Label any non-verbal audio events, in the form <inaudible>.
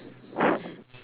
<breath>